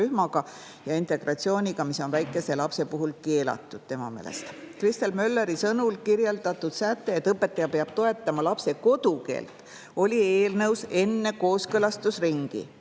rühmaga ja integratsiooniga, mis on väikese lapse puhul tema meelest keelatud. Kristel Mölleri sõnul kirjeldatud säte, et õpetaja peab toetama lapse kodukeelt, oli eelnõus enne kooskõlastusringi